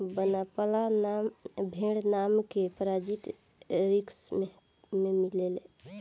बनपाला भेड़ नाम के प्रजाति सिक्किम में मिलेले